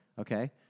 Okay